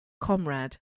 comrade